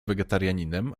wegetarianinem